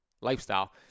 lifestyle